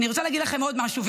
אני רוצה להגיד לכם עוד משהו,